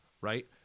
right